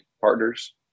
partners